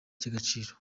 cy’agaciro